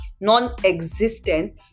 non-existent